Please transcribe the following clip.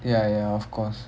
ya ya of course